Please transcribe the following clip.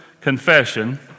confession